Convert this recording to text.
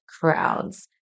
crowds